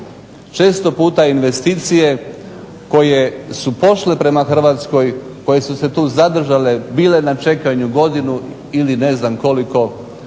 Često puta investicije koje su pošle prema Hrvatskoj, koje su se tu zadržale, bile na čekanju godinu ili ne znam koliko odlaze